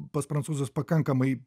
pas prancūzus pakankamai